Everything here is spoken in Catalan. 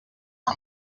que